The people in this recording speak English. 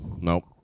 nope